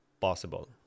possible